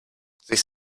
sich